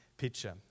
picture